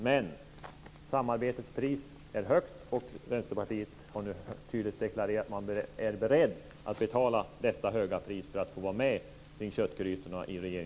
Men samarbetets pris är högt, och Vänsterpartiet har nu tydligt deklarerat att man är beredd att betala detta höga pris för att få vara med kring köttgrytorna i